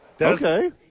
Okay